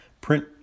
print